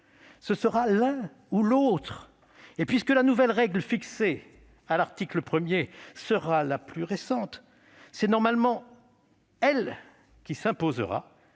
Ce sera l'un ou l'autre. Et puisque la nouvelle règle fixée à l'article 1 sera la plus récente, elle s'imposera